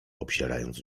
obzierając